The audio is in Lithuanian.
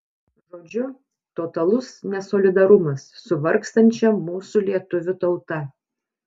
žodžiu totalus nesolidarumas su vargstančia mūsų lietuvių tauta